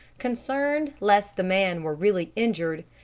concerned lest the man were really injured,